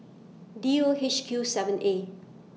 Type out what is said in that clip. D O H Q seven A